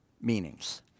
meanings